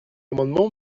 amendement